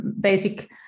basic